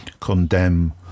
condemn